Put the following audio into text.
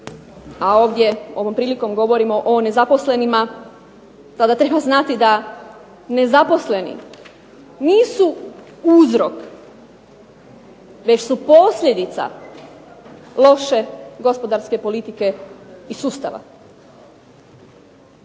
a ovdje ovom prilikom govorimo o nezaposlenima tada treba znati da nezaposleni nisu uzrok već su posljedica loše gospodarske politike i sustava.